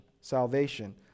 Salvation